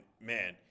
man